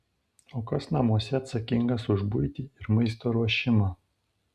o kas namuose atsakingas už buitį ir maisto ruošimą